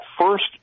first